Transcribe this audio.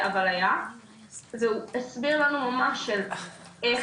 אבל היה והוא הסביר לנו ברמה של איך